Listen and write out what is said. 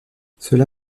cela